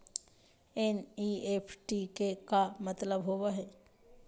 NEFT के का मतलव होव हई?